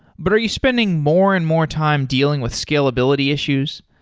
but are you spending more and more time dealing with scalability issues?